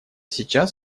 сейчас